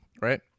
Right